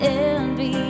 envy